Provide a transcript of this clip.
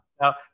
Now